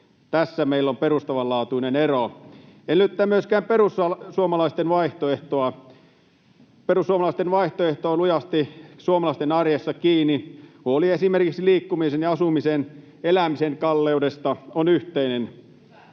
Tässä meillä on perustavanlaatuinen ero. En lyttää myöskään perussuomalaisten vaihtoehtoa. Perussuomalaisten vaihtoehto on lujasti suomalaisten arjessa kiinni. Huoli esimerkiksi liikkumisen ja asumisen ja elämisen kalleudesta on yhteinen.